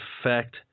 effect